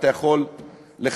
אתה יכול לחייך.